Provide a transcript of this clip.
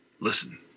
Listen